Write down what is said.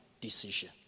decision